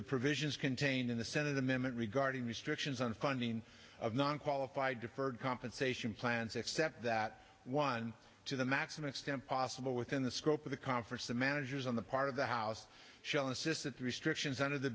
the provisions contained in the senate amendment regarding restrictions on funding of non qualified deferred compensation plans except that one to the maximum extent possible within the scope of the conference the managers on the part of the house shall insist that the restrictions on of the